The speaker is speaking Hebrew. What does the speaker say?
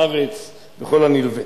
הארץ וכל הנלווה.